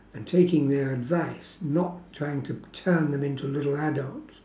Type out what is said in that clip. and taking their advice not trying to turn them into little adults